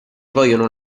vogliono